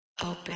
Open